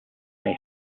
may